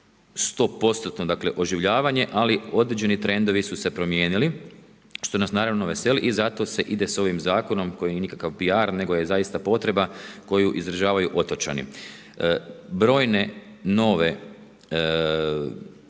100%-tno oživljavanje ali određeni trendovi su se promijenili što nas naravno veseli i zato se ide s ovim zakonom koji nije nikakav PR nego je zaista potreba koju izražavaju otočani. Brojne nove